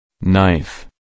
Knife